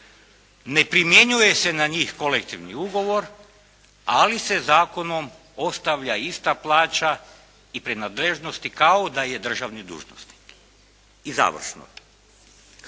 ne primjenjuje se na njih kolektivni ugovor, ali se zakonom ostavlja ista plaća i prenadležnosti kao da je državni dužnosnik. I završno.